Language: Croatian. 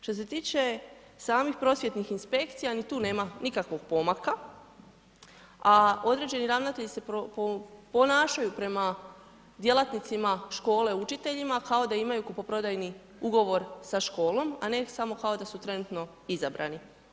Što se tiče samih prosvjetnih inspekcija ni tu nema nikakvog pomaka, a određeni ravnatelji se ponašaju prema djelatnicima škole, učiteljima, kao da imaju kupoprodajni ugovor sa školom, a ne samo kao da su trenutno izabrani.